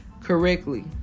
correctly